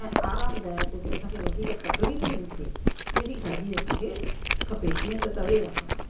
ऐं आरामदायक हुजे असांखे वधीक तकलीफ़ ई न थे अहिड़ी गाॾी असांखे खपे तीअं त तवेरा खपे